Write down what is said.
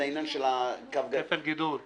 זה עניין של כפל גידול.